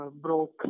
broke